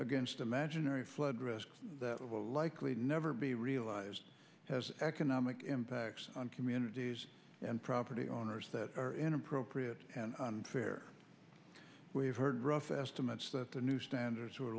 against imaginary flood risk that will likely never be realized has economic impacts on communities and property owners that are inappropriate and unfair we've heard rough estimates that the new standards